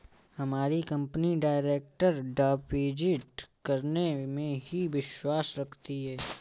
हमारी company direct deposit करने में ही विश्वास रखती है